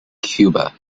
cuba